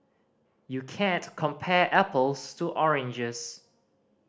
you can't compare apples to oranges